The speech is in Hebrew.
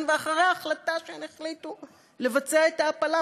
ואחרי ההחלטה שהן החליטו לבצע את ההפלה,